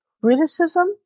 criticism